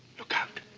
look out.